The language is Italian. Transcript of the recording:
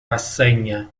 rassegna